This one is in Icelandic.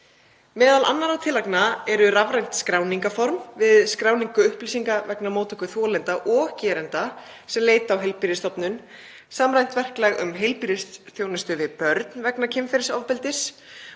Meðal tillagna eru rafrænt skráningarform við skráningu upplýsinga vegna móttöku þolenda og gerenda sem leita á heilbrigðisstofnun, samræmt verklag um heilbrigðisþjónustu við börn vegna kynferðisofbeldis,